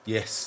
Yes